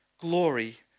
Glory